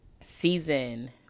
season